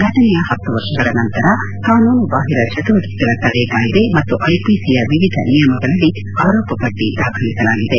ಘಟನೆಯ ಪತ್ತು ವರ್ಷಗಳ ನಂತರ ಕಾನೂನುಬಾಹಿರ ಚಟುವಟಿಕೆಗಳ ತಡೆ ಕಾಯ್ಲೆ ಮತ್ತು ಐಪಿಸಿಯ ವಿವಿಧ ನಿಯಮಗಳಡಿ ಆರೋಪಪಟ್ಟಿ ದಾಖಲಿಸಲಾಗಿದೆ